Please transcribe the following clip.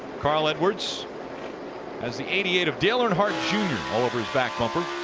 carl edwards has the eighty eight of dale earnhardt jr. all over his back bumper.